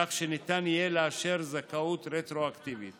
כך שניתן יהיה לאשר זכאות רטרואקטיבית